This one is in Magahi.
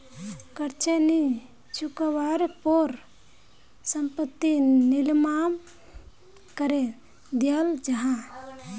कर्ज नि चुक्वार पोर संपत्ति नीलाम करे दियाल जाहा